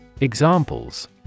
Examples